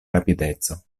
rapideco